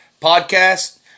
podcast